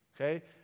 okay